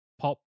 pop